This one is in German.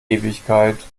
ewigkeit